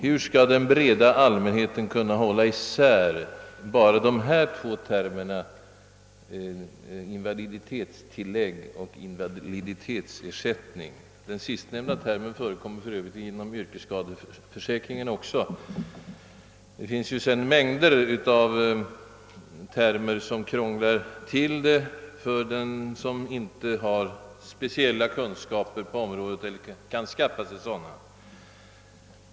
Hur skall den breda allmänheten kunna hålla isär bara de två termerna invaliditetstillägg och invaliditetsersättning? Den sistnämnda termen förekommer för övrigt även inom yrkesskadeförsäkringen. Det finns ju därtill mängder av andra termer som lätt krånglar till begreppen för den som inte har speciella kunskaper på området eller kan skaffa sig sådana.